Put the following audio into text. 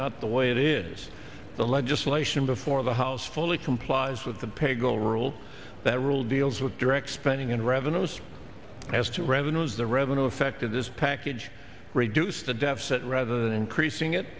not the way it is the legislation before the house fully complies with the paygo rule that rule deals with direct spending and revenues has to revenues the revenue effect of this package reduce the deficit rather than increasing it